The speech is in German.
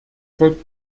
volk